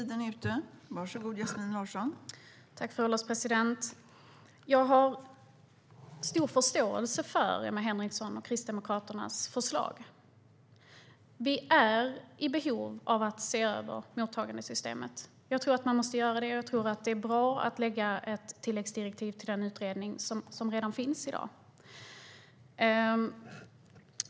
Fru ålderspresident! Jag har stor förståelse för Emma Henrikssons och Kristdemokraternas förslag. Vi är i behov av att se över mottagandesystemet. Jag tror att man måste göra det, och jag tror att det är bra att ge ett tilläggsdirektiv till den utredning som redan finns i dag.